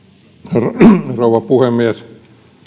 arvoisa rouva puhemies